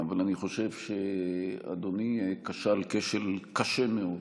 אבל אני חושב שאדוני כשל כשל קשה מאוד